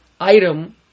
item